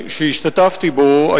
שהשתתפתי בו,